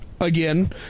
Again